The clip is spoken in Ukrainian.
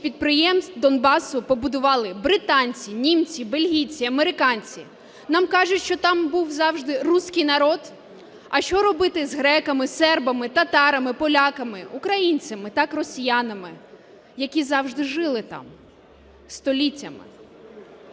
підприємств Донбасу побудували британці, німці, бельгійці, американці. Нам кажуть, що там був завжди русский народ. А що робити з греками, сербами, татарами, поляками, українцями, так, росіянами, які завжди жили там століттями.